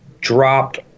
dropped